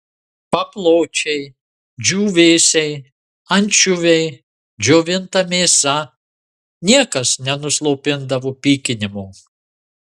papločiai džiūvėsiai ančiuviai džiovinta mėsa niekas nenuslopindavo pykinimo